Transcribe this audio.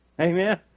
Amen